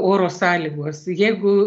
oro sąlygos jeigu